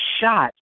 shot